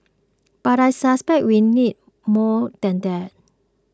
but I suspect we will need more than that